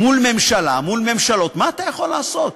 מול ממשלה, מול ממשלות, מה אתה יכול לעשות?